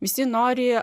visi nori